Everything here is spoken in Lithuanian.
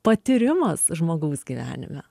patyrimas žmogaus gyvenime